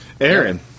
Aaron